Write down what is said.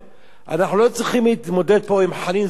אנחנו לא צריכים להתמודד פה עם חנין זועבי,